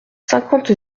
cinquante